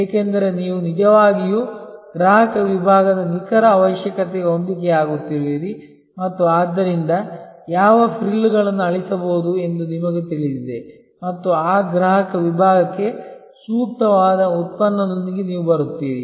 ಏಕೆಂದರೆ ನೀವು ನಿಜವಾಗಿಯೂ ಗ್ರಾಹಕ ವಿಭಾಗದ ನಿಖರ ಅವಶ್ಯಕತೆಗೆ ಹೊಂದಿಕೆಯಾಗುತ್ತಿರುವಿರಿ ಮತ್ತು ಆದ್ದರಿಂದ ಯಾವ ಆಡಂಬರಗಳು ಬೇಡ ಎಂದು ನಿಮಗೆ ತಿಳಿದಿದೆ ಮತ್ತು ಆ ಗ್ರಾಹಕ ವಿಭಾಗಕ್ಕೆ ಸೂಕ್ತವಾದ ಉತ್ಪನ್ನದೊಂದಿಗೆ ನೀವು ಬರುತ್ತೀರಿ